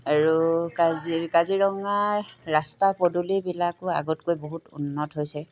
আৰু কাজিৰ কাজিৰঙাৰ ৰাস্তা পদূলিবিলাকো আগতকৈ বহুত উন্নত হৈছে